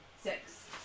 Six